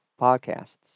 Podcasts